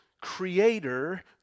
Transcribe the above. Creator